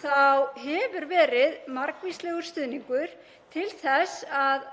þá hefur verið margvíslegur stuðningur til þess að